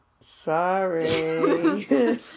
Sorry